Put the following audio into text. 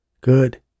Good